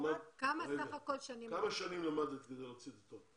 כמה שנים למדת כדי להוציא את התואר?